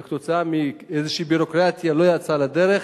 וכתוצאה מאיזושהי ביורוקרטיה היא לא יצאה לדרך.